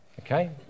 Okay